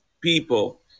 people